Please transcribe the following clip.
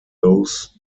those